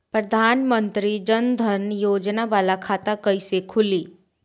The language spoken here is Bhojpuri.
प्रधान मंत्री जन धन योजना वाला खाता कईसे खुली?